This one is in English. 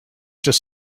just